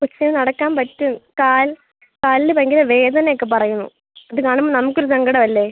പക്ഷെ നടക്കാൻ പറ്റും കാൽ കാലിൽ ഭയങ്കര വേദനയൊക്കെ പറയുന്നു ഇത് കാണുമ്പോൾ നമ്മൾക്കൊരു സങ്കടമല്ലേ